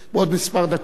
כבוד השר הנכבד,